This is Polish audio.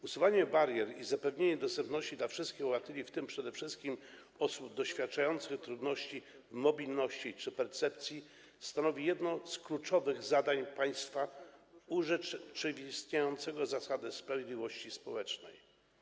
Usuwanie barier i zapewnienie dostępności dla wszystkich obywateli, w tym przede wszystkim dla osób doświadczających trudności w zakresie mobilności czy percepcji, stanowi jedno z kluczowych zadań państwa urzeczywistniającego zasady sprawiedliwości społecznej.